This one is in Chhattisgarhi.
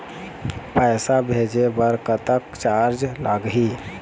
पैसा भेजे बर कतक चार्ज लगही?